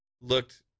looked